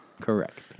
Correct